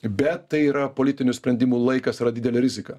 bet tai yra politinių sprendimų laikas yra didelė rizika